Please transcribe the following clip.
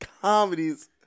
comedies